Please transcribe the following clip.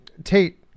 Tate